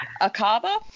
Akaba